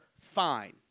fine